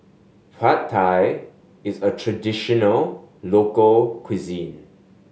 Pad Thai is a traditional local cuisine